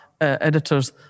editors